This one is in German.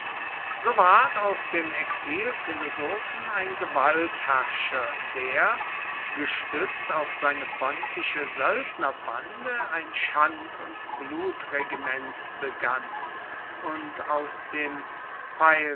so ward aus dem exphilosophen ein gewaltherrscher der gestützt auf seine pontische söldnerbande ein schand und blutregiment begann und aus dem